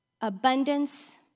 abundance